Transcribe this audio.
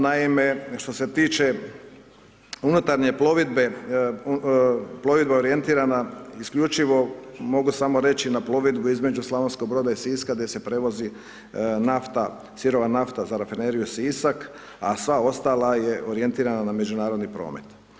Naime, što se tiče unutarnje plovidbe, plovidba orijentirana isključivo mogu samo reći na plovidbu između Slavonskog Broda i Siska gdje se prevozi nafta, sirova nafta za Rafineriju Sisak a sva ostala je orijentirana na međunarodni promet.